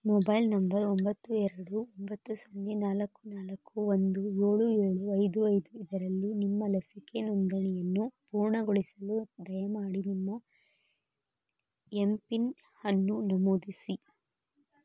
mobile number ಒಂಬತ್ತು ಎರಡು ಒಂಬತ್ತು ಸೊನ್ನೆ ನಾಲ್ಕು ನಾಲ್ಕು ಒಂದು ಏಳು ಏಳು ಐದು ಐದು ಇದರಲ್ಲಿ ನಿಮ್ಮ ಲಸಿಕೆ ನೋಂದಣಿಯನ್ನು ಪೂರ್ಣಗೊಳಿಸಲು ದಯಮಾಡಿ ನಿಮ್ಮ ಎಮ್ ಪಿನ್ನನ್ನು ನಮೂದಿಸಿ